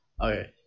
Okay